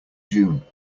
june